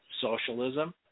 socialism